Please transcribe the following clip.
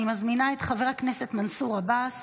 אני מזמינה את חבר הכנסת מנסור עבאס